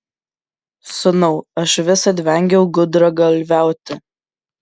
sūnau aš visad vengiau gudragalviauti